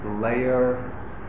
layer